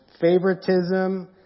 favoritism